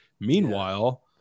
Meanwhile